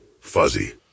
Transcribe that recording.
fuzzy